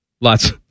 Lots